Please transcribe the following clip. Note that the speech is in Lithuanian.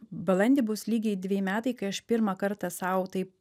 balandį bus lygiai dveji metai kai aš pirmą kartą sau tai